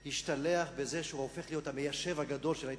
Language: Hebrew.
השתלח בזה שהוא הופך להיות המיישב הגדול של ההתנחלויות.